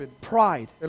Pride